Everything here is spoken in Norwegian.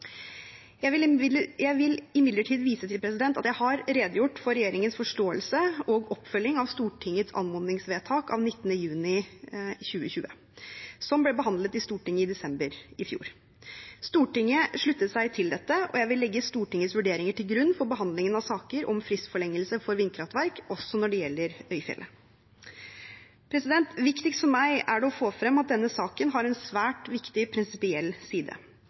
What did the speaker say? Jeg vil imidlertid vise til at jeg har redegjort for regjeringens forståelse og oppfølging av Stortingets anmodningsvedtak av 19. juni 2020, som ble behandlet i Stortinget i desember i fjor. Stortinget sluttet seg til dette, og jeg vil legge Stortingets vurderinger til grunn for behandlingen av saker om fristforlengelse for vindkraftverk, også når det gjelder Øyfjellet. Viktigst for meg er det å få frem at denne saken har en svært viktig prinsipiell side.